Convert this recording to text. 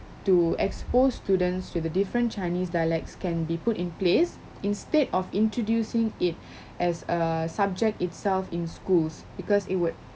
to expose students with a different chinese dialects can be put in place instead of introducing it as a subject itself in schools because it would